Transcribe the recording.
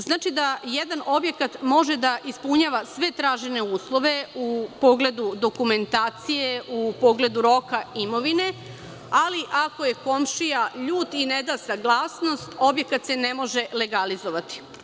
Znači da jedan objekat može da ispunjava sve tražene uslove u pogledu dokumentacije, u pogledu roka imovine, ali ako je komšija ljut i ne da saglasnost, onda se objekat ne može legalizovati.